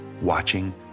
watching